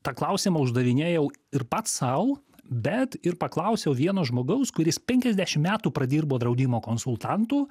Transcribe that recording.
tą klausimą uždavinėjau ir pats sau bet ir paklausiau vieno žmogaus kuris penkiasdešim metų pradirbo draudimo konsultantu